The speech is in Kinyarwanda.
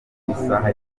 isaha